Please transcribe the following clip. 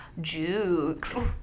Jukes